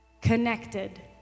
connected